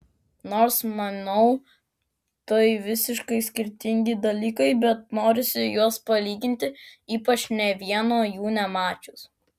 nors manau tai visiškai skirtingi dalykai bet norisi juos palyginti ypač nė vieno jų nemačius